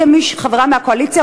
כחברה בקואליציה,